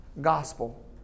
gospel